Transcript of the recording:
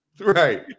Right